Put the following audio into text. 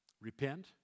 Repent